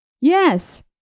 Yes